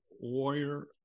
warrior